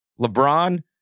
LeBron